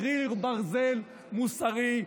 קיר ברזל מוסרי,